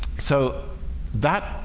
so that